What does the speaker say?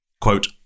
quote